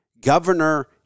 governor